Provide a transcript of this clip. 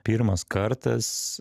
pirmas kartas